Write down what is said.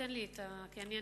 תן לי עוד דקה כי עניתי,